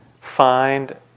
find